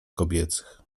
kobiecych